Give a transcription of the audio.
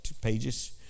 pages